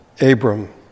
Abram